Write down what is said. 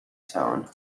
tone